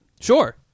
Sure